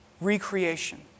Recreation